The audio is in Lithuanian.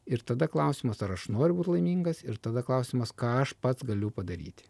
ir tada klausimas ar aš noriu būt laimingas ir tada klausimas ką aš pats galiu padaryti